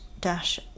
dash